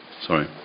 Sorry